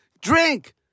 drink